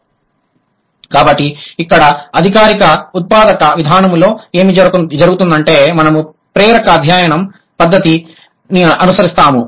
కాబట్టి ఇక్కడ అధికారిక ఉత్పాదక విధానంలో ఏమి జరుగుతుందంటే మనము ప్రేరక అధ్యయనం పద్ధతి అనుసరిస్తాము